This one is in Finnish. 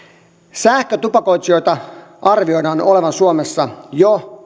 sähkötupakoitsijoita arvioidaan olevan suomessa jo